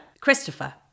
Christopher